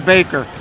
Baker